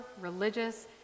religious